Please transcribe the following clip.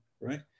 right